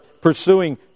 pursuing